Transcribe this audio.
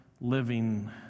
living